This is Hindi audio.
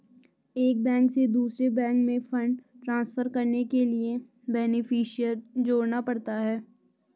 एक बैंक से दूसरे बैंक में फण्ड ट्रांसफर करने के लिए बेनेफिसियरी जोड़ना पड़ता है